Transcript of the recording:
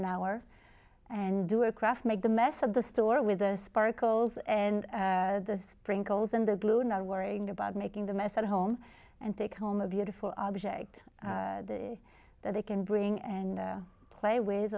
an hour and do a craft make the mess of the store with the sparkles and the sprinkles and the blue not worrying about making the mess at home and take home a beautiful object that they can bring and play ways